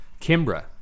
Kimbra